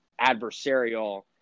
adversarial